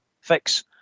fix